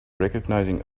recognizing